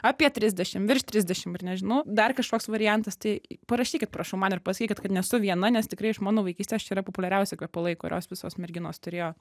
apie trisdešimt virš trisdešimt ir nežinau dar kažkoks variantas tai parašykit prašau man ir pasakykit kad nesu viena nes tikrai iš mano vaikystės čia yra populiariausi kvepalai kuriuos visos merginos turėjo